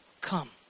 come